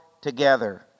together